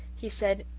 he said,